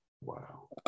Wow